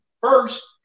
first